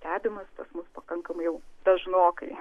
stebimas pas mus pakankamai jau dažnokai